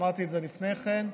אמרתי את זה לפני כן,